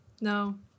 No